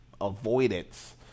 avoidance